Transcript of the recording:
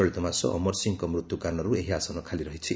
ଚଳିତମାସ ଅମର ସିଂଙ୍କ ମୃତ୍ୟୁ କାରଣରୁ ଏହି ଆସନ ଖାଲି ରହିଛି